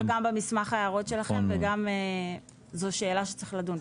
שעלתה גם במסמך ההערות שלכם וגם זו שאלה שצריך לדון בה.